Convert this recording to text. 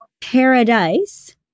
paradise